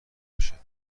میشه